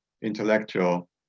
intellectual